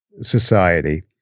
society